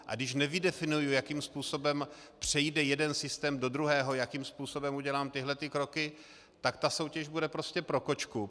A když nevydefinuji, jakým způsobem přejde jeden systém do druhého, jakým způsobem udělám tyto kroky, tak soutěž bude pro kočku.